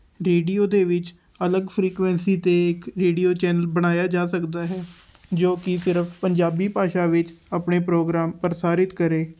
radio ਦੇ ਵਿੱਚ ਅਲੱਗ ਫਰੀਕੁਐਂਸੀ 'ਤੇ ਇੱਕ ਰੇਡੀਓ ਚੈਨਲ ਬਣਾਇਆ ਜਾ ਸਕਦਾ ਹੈ ਜੋ ਕਿ ਸਿਰਫ ਪੰਜਾਬੀ ਭਾਸ਼ਾ ਵਿੱਚ ਆਪਣੇ ਪ੍ਰੋਗਰਾਮ ਪ੍ਰਸਾਰਿਤ ਕਰੇ